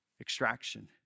Extraction